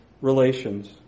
relations